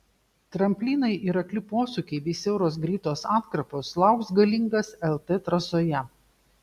tramplynai ir akli posūkiai bei siauros greitos atkarpos lauks galingas lt trasoje